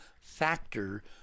factor